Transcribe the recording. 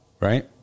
right